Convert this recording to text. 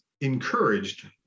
encouraged